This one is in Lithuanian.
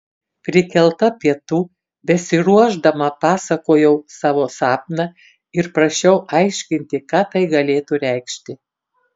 prikelta pietų besiruošdama pasakojau savo sapną ir prašiau aiškinti ką tai galėtų reikšti